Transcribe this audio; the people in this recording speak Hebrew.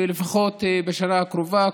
לפחות בשנה הקרובה,